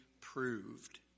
proved